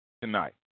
tonight